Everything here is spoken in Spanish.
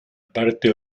parte